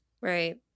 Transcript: right